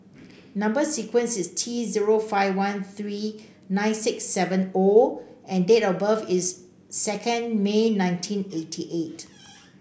number sequence is T zero five one three nine six seven O and date of birth is second May nineteen eighty eight